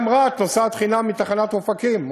גם רהט נוסעת חינם מתחנת אופקים.